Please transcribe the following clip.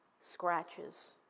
scratches